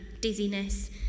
dizziness